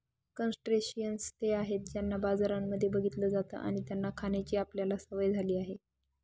crustaceans ते आहेत ज्यांना बाजारांमध्ये बघितलं जात आणि त्यांना खाण्याची आपल्याला सवय झाली आहे